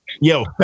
Yo